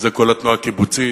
וזה כל התנועה הקיבוצית,